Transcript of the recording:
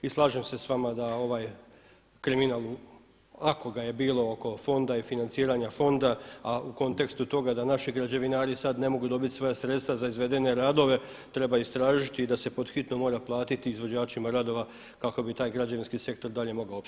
I slažem se s vama da ovaj kriminal ako ga je bilo oko fonda i financiranja fonda a u kontekstu toga da naši građevinari sad ne mogu dobiti svoja sredstva za izvedene radove treba istražiti i da se pothitno mora platiti izvođačima radova kako bi taj građevinski sektor dalje mogao opstati.